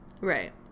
Right